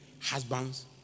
husbands